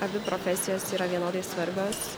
abi profesijos yra vienodai svarbios